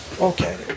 okay